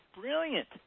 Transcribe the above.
brilliant